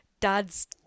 dad's